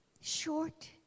Short